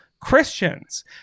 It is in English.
Christians